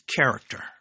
character